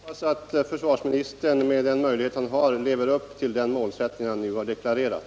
Herr talman! Jag hoppas att försvarsministern, med den möjlighet han har, lever upp till den målsättning han nu har deklarerat.